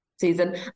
season